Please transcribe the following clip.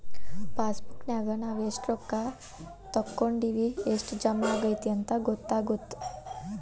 ಪಾಸಬುಕ್ನ್ಯಾಗ ನಾವ ಎಷ್ಟ ರೊಕ್ಕಾ ತೊಕ್ಕೊಂಡಿವಿ ಎಷ್ಟ್ ಜಮಾ ಆಗೈತಿ ಅಂತ ಗೊತ್ತಾಗತ್ತ